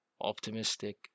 optimistic